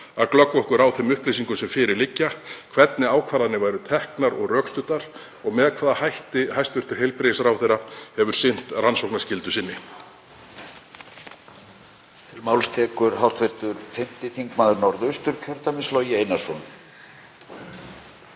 að glöggva okkur á þeim upplýsingum sem fyrir liggja, hvernig ákvarðanir eru teknar og rökstuddar og með hvaða hætti hæstv. heilbrigðisráðherra hefur sinnt rannsóknarskyldu sinni.